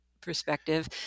perspective